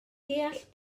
deall